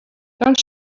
don’t